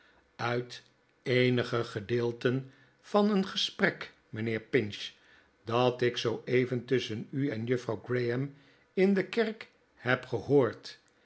uit eenige gedeelten van een gesprek mijnheer pinch dat ik zooeven tusschen u en juffrouw graham in de kerk heb gehoord